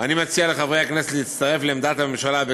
אני מציע לחברי הכנסת להצטרף לעמדת הממשלה,